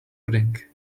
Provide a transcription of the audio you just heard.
pudding